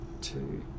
two